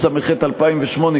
התשס"ח 2008,